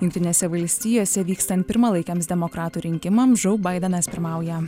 jungtinėse valstijose vykstant pirmalaikiams demokratų rinkimams žou baidenas pirmauja